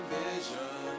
vision